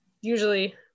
usually